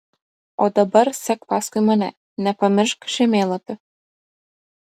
o dabar sek paskui mane nepamiršk žemėlapių